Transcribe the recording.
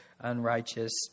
unrighteous